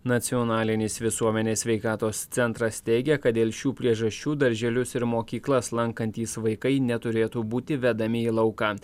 nacionalinis visuomenės sveikatos centras teigia kad dėl šių priežasčių darželius ir mokyklas lankantys vaikai neturėtų būti vedami į lauką